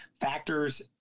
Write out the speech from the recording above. factors